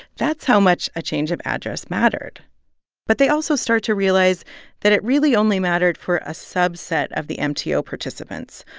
that's how much a change of address mattered but they also started to realize that it really only mattered for a subset of the mto participants,